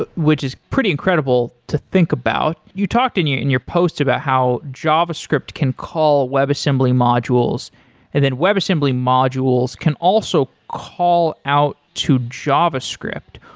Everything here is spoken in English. but which is pretty incredible to think about. you talked in your in your post about how java script can call web assembly modules and then web assembly modules can also call out to java script.